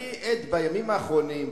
אני עד בימים האחרונים,